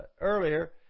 earlier